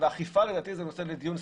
ואכיפה לדעתי זה נושא לדיון ספציפי.